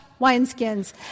wineskins